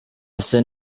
ese